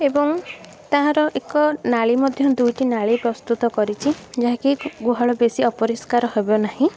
ଏବଂ ତାହାର ଏକ ନାଳି ମଧ୍ୟ ଦୁଇଟି ନାଳି ପ୍ରସ୍ତୁତ କରିଛି ଯାହାକି ଗୁହାଳ ବେଶୀ ଅପରିଷ୍କାର ହେବ ନାହିଁ